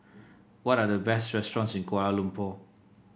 what are the best restaurants in Kuala Lumpur